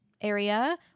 area